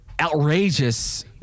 outrageous